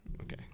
Okay